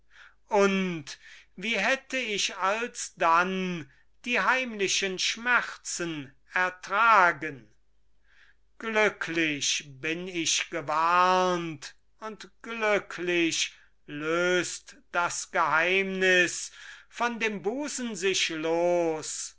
und wie hätt ich alsdann die heimlichen schmerzen ertragen glücklich bin ich gewarnt und glücklich löst das geheimnis von dem busen sich los